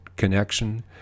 Connection